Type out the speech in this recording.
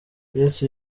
yesu